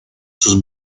sus